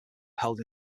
held